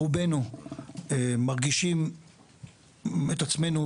רובנו מרגישים את עצמנו,